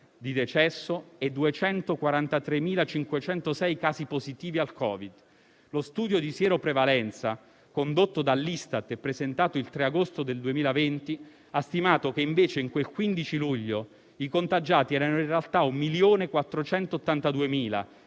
di decesso e 243.506 casi positivi al Covid. Lo studio di sieroprevalenza condotto dall'Istat e presentato il 3 agosto 2020 ha stimato che, invece, in quel 15 luglio i contagiati erano in realtà 1.482.000,